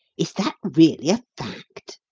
is that really a fact?